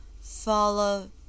follow